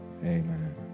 Amen